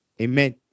amen